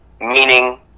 meaning